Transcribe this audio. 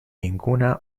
ninguna